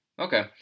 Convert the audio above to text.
Okay